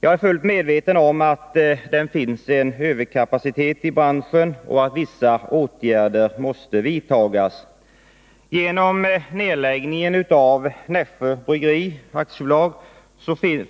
Jag är fullt medveten om att det finns en överkapacitet i branschen och att vissa åtgärder måste vidtas. Genom nedläggning av Nässjö Bryggeri AB